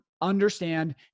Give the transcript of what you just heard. understand